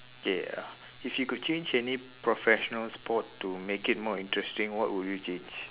okay ya if you could change any professional sport to make it more interesting what would you change